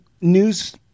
news